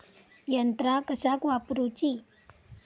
यंत्रा कशाक वापुरूची?